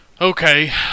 Okay